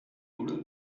coule